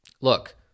look